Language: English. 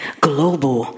Global